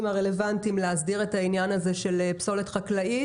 הרלוונטיים להסדיר את העניין הזה של פסולת חקלאית,